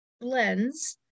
blends